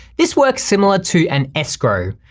this works similar to an escrow.